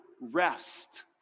rest